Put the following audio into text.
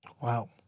Wow